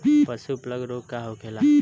पशु प्लग रोग का होखेला?